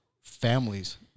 families